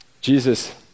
Jesus